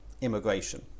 immigration